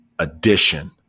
addition